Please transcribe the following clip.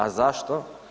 A zašto?